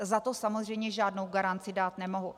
Za to samozřejmě žádnou garanci dát nemohu.